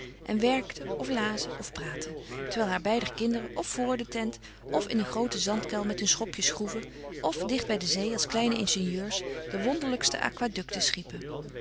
en werkten of lazen of praatten terwijl haar beider kinderen f vor de tent of in een grooten zandkuil met hun schopjes groeven f dicht bij de zee als kleine ingenieurs de wonderlijkste aquaducten schiepen